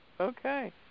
Okay